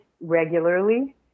regularly